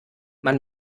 man